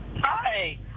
Hi